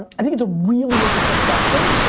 i think it's a really interesting question.